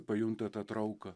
pajunta tą trauką